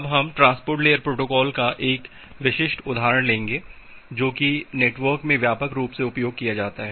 अब हम transport layer protocol का एक विशिष्ट उदाहरण लेंगे जो कि नेटवर्क में व्यापक रूप से उपयोग किया जाता है